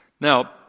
Now